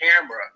camera